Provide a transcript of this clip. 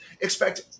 expect